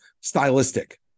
stylistic